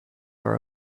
her